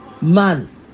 man